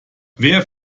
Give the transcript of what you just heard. wer